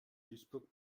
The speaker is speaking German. duisburg